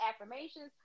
affirmations